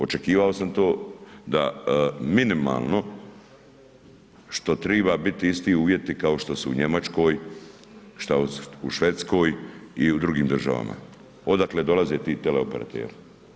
Očekivao sam to da minimalno što triba biti isti uvjeti kao što su u Njemačkoj, šta u Švedskoj i u drugim državama odakle dolaze ti teleoperateri.